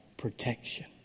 protection